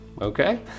okay